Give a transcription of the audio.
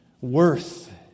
worth